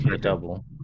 double